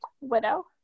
Widow